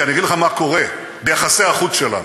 כי אני אגיד לך מה קורה ביחסי החוץ שלנו.